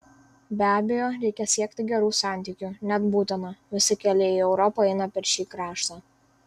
be abejo reikia siekti gerų santykių net būtina visi keliai į europą eina per šį kraštą